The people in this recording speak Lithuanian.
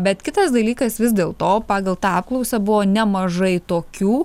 bet kitas dalykas vis dėlto pagal tą apklausą buvo nemažai tokių